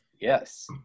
Yes